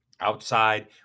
outside